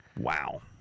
Wow